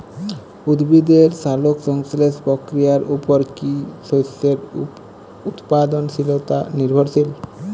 উদ্ভিদের সালোক সংশ্লেষ প্রক্রিয়ার উপর কী শস্যের উৎপাদনশীলতা নির্ভরশীল?